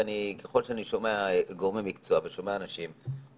וככל שאני שומע גורמי מקצוע ושומע אנשים,